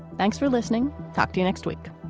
thanks for listening. talk to you next week